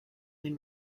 been